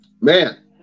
man